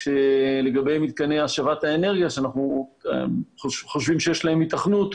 כשלגבי מתקני השבת האנרגיה שאנחנו חושבים שיש להם היתכנות,